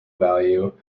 value